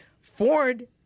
Ford